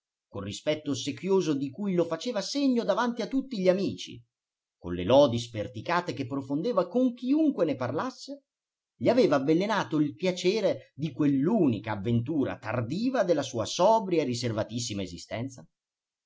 col rispetto ossequioso di cui lo faceva segno davanti a tutti gli amici con le lodi sperticate che profondeva con chiunque ne parlasse gli aveva avvelenato il piacere di quell'unica avventura tardiva della sua sobria riservatissima esistenza